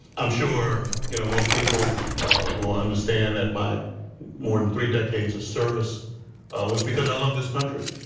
i'm sure you know most people will understand that my more than three decades of service was because i loved this country.